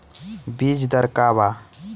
बीज दर का वा?